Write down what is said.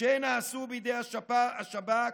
שנעשו בידי השב"כ,